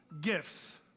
gifts